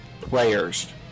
players